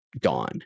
gone